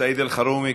סעיד אלחרומי,